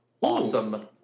awesome